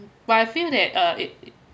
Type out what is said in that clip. but I feel that uh it